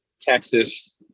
Texas –